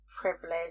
privilege